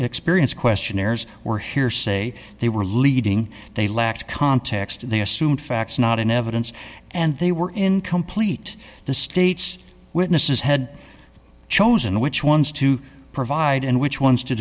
experience questionnaires were here say they were leading they lacked context they assumed facts not in evidence and they were incomplete the state's witnesses had chosen which ones to provide and which ones to